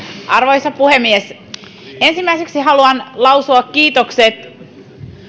arvoisa puhemies ensimmäiseksi haluan lausua kiitokset